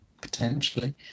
Potentially